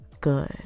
good